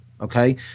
Okay